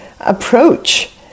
approach